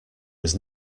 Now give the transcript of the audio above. was